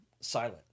silent